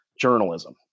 journalism